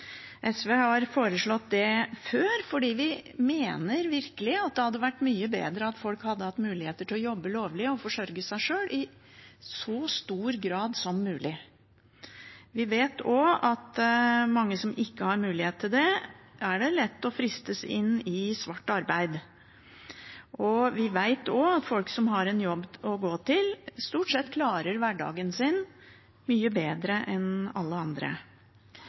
SV har foreslått det før, fordi vi virkelig mener at det hadde vært mye bedre at folk hadde hatt mulighet til å jobbe lovlig og forsørge seg sjøl, i så stor grad som mulig. Vi vet at mange som ikke har mulighet til det, er lette å friste inn i svart arbeid. Vi vet også at folk som har en jobb å gå til, stort sett klarer hverdagen sin mye bedre enn alle andre.